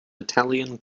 italian